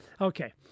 Okay